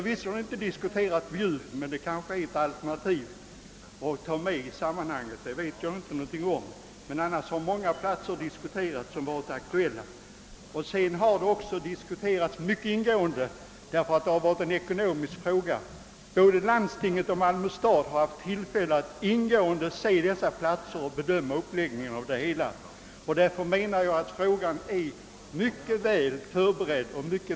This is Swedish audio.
Visserligen har inte Bjuv diskuterats men det är kanske ett tänkbart alternativ — härom vet jag ingenting — men många andra platser har också varit aktuella. Eftersom det här gäller ekonomiska frågor har mycket ingående diskussioner förts, och både landstinget och Malmö stad har haft tillfälle att noggrant studera och bedöma de olika platserna. Jag anser att hela frågan därför är mycket väl förberedd.